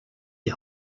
die